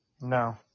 No